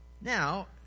Now